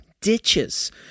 ditches